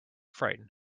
frighten